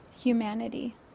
Humanity